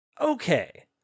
Okay